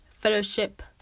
fellowship